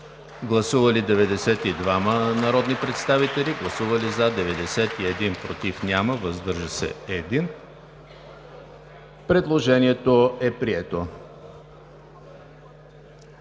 Гласували 92 народни представители: за 91, против няма, въздържал се 1. Предложението е прието.